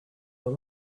are